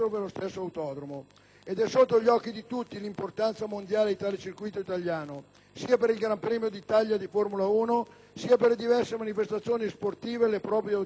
Ed è sotto gli occhi di tutti l'importanza mondiale di tale circuito italiano, sia per il Gran Premio d'Italia di Formula 1, sia per le diverse manifestazioni sportive e le prove di autovetture e moto.